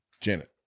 Janet